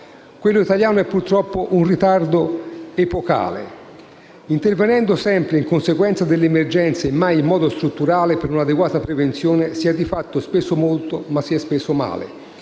Quello italiano è purtroppo un ritardo epocale. Intervenendo sempre in conseguenza delle emergenze e mai in modo strutturale per un'adeguata prevenzione, si è di fatto speso molto, ma male.